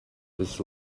this